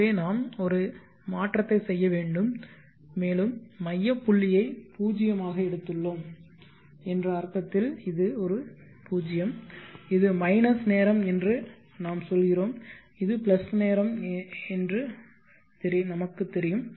எனவே நாம் ஒரு மாற்றத்தை செய்ய வேண்டும் மேலும் மைய புள்ளியை 0 ஆக எடுத்துள்ளோம் என்ற அர்த்தத்தில் இது ஒரு 0 இது மைனஸ் நேரம் என்று நாம் சொல்கிறோம் இது பிளஸ் நேரம் இன்று எங்களுக்குத் தெரியும்